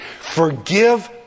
Forgive